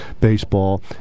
baseball